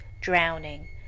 drowning